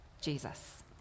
Jesus